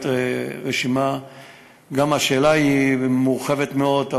גם השאלה מורחבת מאוד,